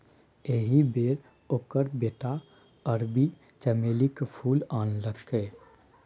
एहि बेर ओकर बेटा अरबी चमेलीक फूल आनलकै